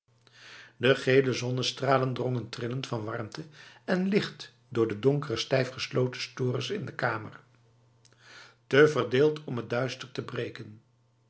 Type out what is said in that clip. de gele zonnestralen drongen trillend van warmte en licht door de donkere stijfgesloten stores in de kamer te verdeeld om het duister te breken